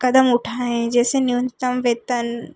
क़दम उठाए जैसे न्यूनतम वेतन